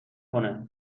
کنه